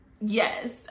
yes